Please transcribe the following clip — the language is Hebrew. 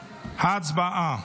הצבעה.